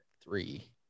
three